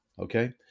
okay